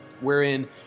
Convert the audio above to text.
wherein